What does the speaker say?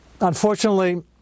Unfortunately